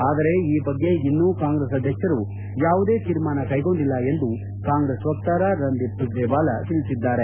ಆದರೆ ಈ ಬಗ್ಗೆ ಇನ್ನು ಕಾಂಗ್ರೆಸ್ ಅಧ್ವಕ್ಷರು ಯಾವುದೇ ತೀರ್ಮಾನ ಕೈಗೊಂಡಿಲ್ಲ ಎಂದು ಕಾಂಗ್ರೆಸ್ ವಕ್ತಾರ ರಂದೀಪ್ ಸುರ್ಜೇವಾಲಾ ತಿಳಿಸಿದ್ದಾರೆ